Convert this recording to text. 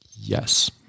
yes